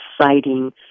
citing